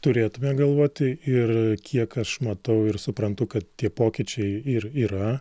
turėtume galvoti ir kiek aš matau ir suprantu kad tie pokyčiai ir yra